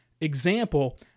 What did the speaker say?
example